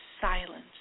silence